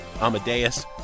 Amadeus